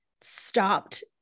stopped